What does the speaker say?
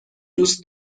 دوست